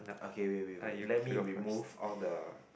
okay wait wait wait let me remove all the